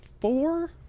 four